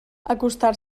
acostar